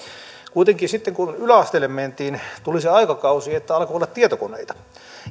kuitenkin sitten kun yläasteelle mentiin tuli se aikakausi että alkoi olla tietokoneita